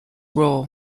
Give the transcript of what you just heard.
role